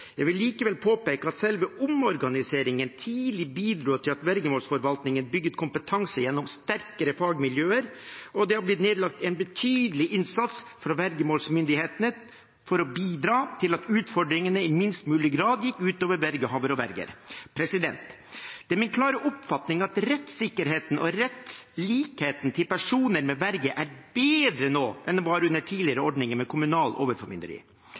Jeg vil likevel påpeke at selve omorganiseringen tidlig bidro til at vergemålsforvaltningen bygget kompetanse gjennom sterkere fagmiljøer, og det er blitt nedlagt en betydelig innsats fra vergemålsmyndighetene for å bidra til at utfordringene i minst mulig grad skulle gå ut over vergehavere og verger. Det er min klare oppfatning at rettssikkerheten og rettslikheten til personer med verge er bedre nå enn den var under tidligere ordninger med kommunalt overformynderi.